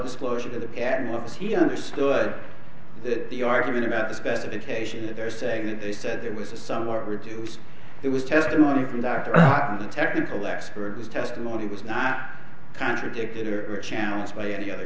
disclosure to the patent office he understood that the argument about the specification they're saying that they said there was a somewhat reduced it was testimony from that of the technical expert whose testimony was not contradicted or challenged by any other